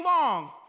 long